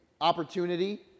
opportunity